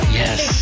yes